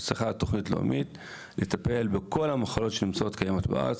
צריך תוכנית לאומית לטפל בכל המחלות שקיימות היום בארץ,